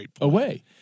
away